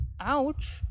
ouch